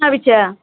পিঠা